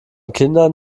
kindern